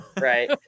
Right